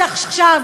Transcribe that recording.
עד עכשיו,